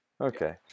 Okay